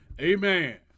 Amen